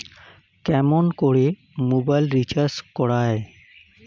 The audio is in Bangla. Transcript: কেমন করে মোবাইল রিচার্জ করা য়ায়?